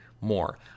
more